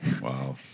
Wow